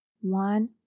one